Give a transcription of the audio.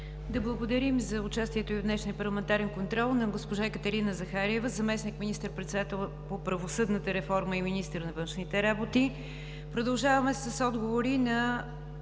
Да благодарим за участието в днешния парламентарен контрол на госпожа Екатерина Захариева – заместник министър-председател по правосъдната реформа и министър на външните работи. Продължаваме с отговори на